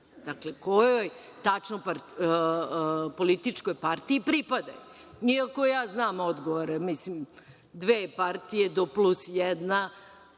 dakle, kojoj tačno političkoj partiji pripadaju. Iako ja znam odgovore, mislim, dve partije do plus jedna,